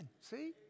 See